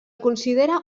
considera